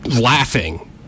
laughing